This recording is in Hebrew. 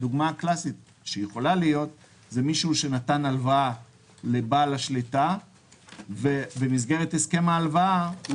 היא מישהו שנתן הלוואה לבעל השליטה ובמסגרת הסכם ההלוואה הוא